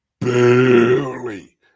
barely